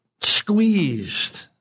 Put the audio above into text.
squeezed